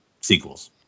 sequels